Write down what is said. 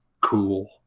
cool